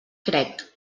crec